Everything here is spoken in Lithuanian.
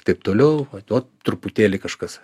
taip toliau tuo truputėlį kažkas